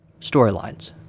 storylines